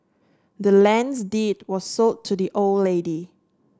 the land's deed was sold to the old lady